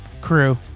crew